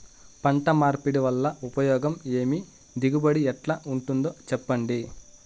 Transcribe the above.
పంట మార్పిడి వల్ల ఉపయోగం ఏమి దిగుబడి ఎట్లా ఉంటుందో చెప్పండి?